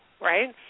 right